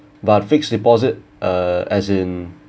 but fixed deposit uh as in